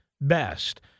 best